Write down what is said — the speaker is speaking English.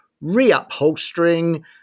re-upholstering